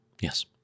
Yes